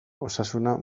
osasuna